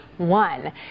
one